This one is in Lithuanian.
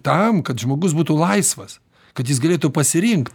tam kad žmogus būtų laisvas kad jis galėtų pasirinkt